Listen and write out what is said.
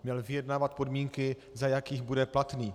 Měl vyjednávat podmínky, za jakých bude platný.